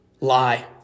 lie